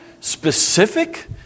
specific